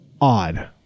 odd